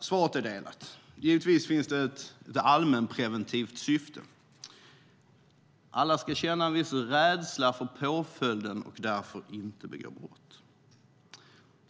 Svaret är delat. Givetvis finns det ett allmänpreventivt syfte. Alla ska känna en viss rädsla för påföljden och därför inte begå brott.